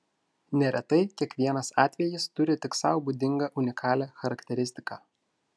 neretai kiekvienas atvejis turi tik sau būdingą unikalią charakteristiką